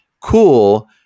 cool